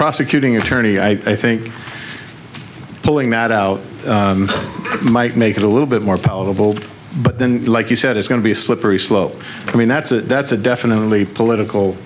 prosecuting attorney i think pulling that out might make it a little bit more palatable but then like you said it's going to be a slippery slope i mean that's a that's a definitely political